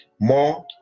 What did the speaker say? more